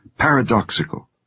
paradoxical